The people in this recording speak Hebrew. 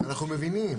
אנחנו מבינים.